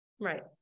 Right